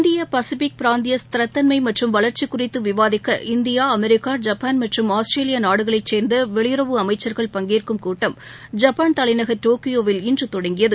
இந்திய பசிபிக் பிராந்திய ஸ்திரத்தன்மை மற்றும் வளர்ச்சிக் குறித்து விவாதிக்க இந்தியா அமெரிக்கா ஜப்பான் மற்றும் ஆஸ்திரேலிய நாடுகளைச் சேர்ந்த வெளியுறவு அமைச்சர்கள் பங்கேற்கும் கூட்டம் ஜப்பான் தலைநகர் டோக்கியோவில் இன்று தொடங்கியது